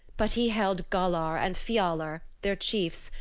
but he held galar and fialar, their chiefs,